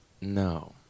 No